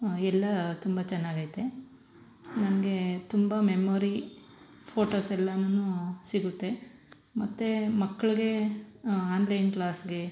ಎಲ್ಲ ತುಂಬ ಚೆನ್ನಾಗೈತೆ ನನಗೆ ತುಂಬ ಮೆಮೊರಿ ಫೋಟೋಸ್ ಎಲ್ಲನು ಸಿಗುತ್ತೆ ಮತ್ತು ಮಕ್ಕಳಿಗೆ ಆನ್ಲೈನ್ ಕ್ಲಾಸ್ಗೆ